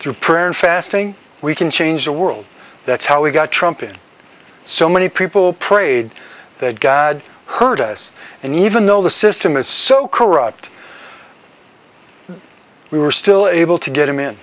through prayer and fasting we can change the world that's how we got trump in so many people prayed that god heard us and even though the system is so corrupt we were still able to get him in